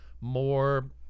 more